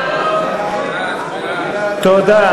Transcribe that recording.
תודה.